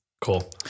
cool